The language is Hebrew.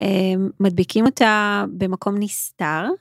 מדביקים אותה במקום נסתר.